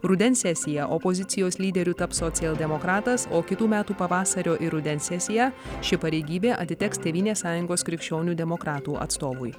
rudens sesiją opozicijos lyderiu taps socialdemokratas o kitų metų pavasario ir rudens sesiją ši pareigybė atiteks tėvynės sąjungos krikščionių demokratų atstovui